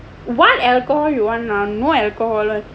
what alcohol you want lah no alcohol